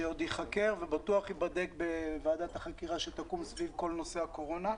שעוד ייחקר ובטוח ייבדק בוועדת החקירה שתקום סביב כל נושא הקורונה.